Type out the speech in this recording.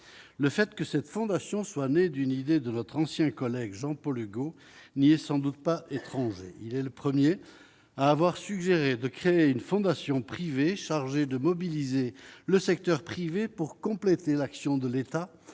le fait que cette fondation soit né d'une idée de notre ancien collègue Jean-Paul Hugot n'y est sans doute pas étranger, il est le 1er à avoir suggéré de créer une fondation privée chargée de mobiliser le secteur privé pour compléter l'action de l'État